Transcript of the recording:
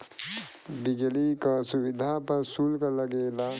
बिजली क सुविधा पर सुल्क लगेला